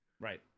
Right